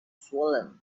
swollen